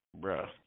bruh